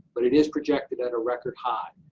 but it is projected at a record high.